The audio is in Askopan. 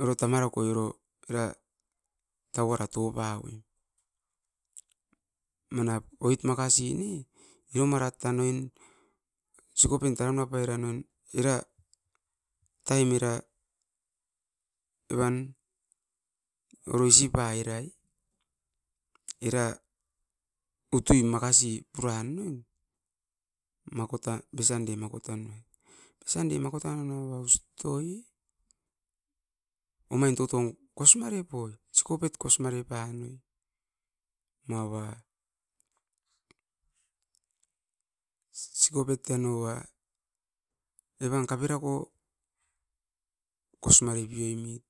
Oko tamara koi tauara topa voim. Manap oit makasi ne, iromara tan oin sikopen taranu pairan oin era taim era evan oro isi pai era. Utui makasi puran ne, besande makotan anoa omain toton kosi mare poi, mava sikopet anoa evan kaperako kosngare poimit.